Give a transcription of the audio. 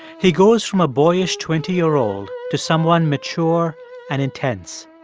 he goes from a boyish twenty year old to someone mature and intense.